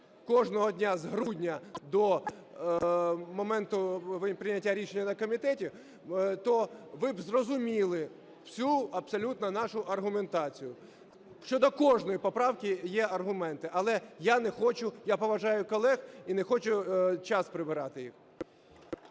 кожного дня, з грудня до моменту прийняття рішення на комітеті, то ви б зрозуміли всю абсолютно нашу аргументацію. Щодо кожної поправки є аргументи, але я не хочу, я поважаю колег і не хочу час забирати їх.